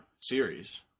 series